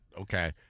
Okay